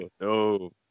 No